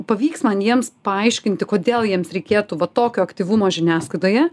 pavyks man jiems paaiškinti kodėl jiems reikėtų va tokio aktyvumo žiniasklaidoje